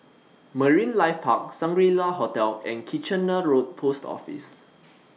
Marine Life Park Shangri La Hotel and Kitchener Road Post Office